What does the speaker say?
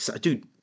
dude